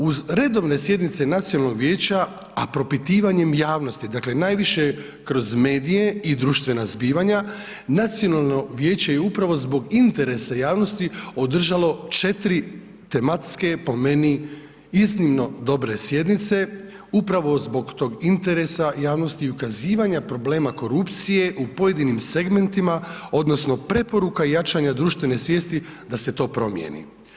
Uz redovne sjednice nacionalnog vijeća, a propitivanjem javnosti, dakle najviše kroz medije i društvena zbivanja nacionalno vijeće je upravo zbog interesa javnosti održalo 4 tematske, po meni, iznimno dobre sjednice upravo zbog tog interesa javnosti i ukazivanja problema korupcije u pojedinim segmentima odnosno preporuka i jačanja društvene svijesti da se to promijeni.